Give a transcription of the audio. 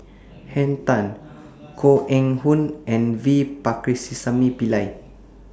Henn Tan Koh Eng Hoon and V Pakirisamy Pillai